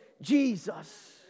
Jesus